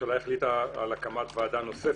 הממשלה החליטה על הקמת ועדה נוספת,